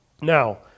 Now